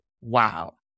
wow